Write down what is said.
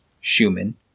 schumann